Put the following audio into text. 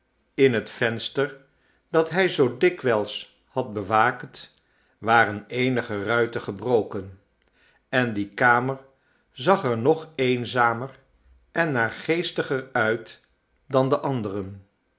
in het venster dat hij zoo dikwijls had bewaakt waren eenige ruiten gebroken en die kamer zag er nog eenzamer en naargeestiger uit dan de anderen